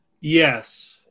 yes